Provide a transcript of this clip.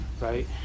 right